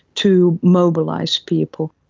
to mobilise people.